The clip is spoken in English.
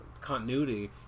continuity